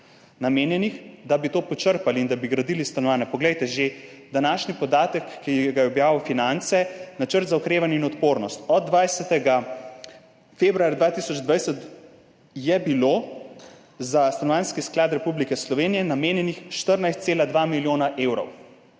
namenjenih, da bi to počrpali in da bi gradili stanovanja. Že današnji podatek, ki ga je objavil časnik Finance, Načrt za okrevanje in odpornost, od 20. februarja 2020 je bilo za Stanovanjski sklad Republike Slovenije namenjenih 14,2 milijona evrov,